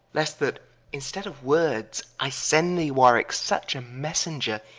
lest that in stead of words, i send thee, warwicke, such a messenger,